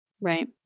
Right